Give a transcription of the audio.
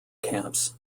camps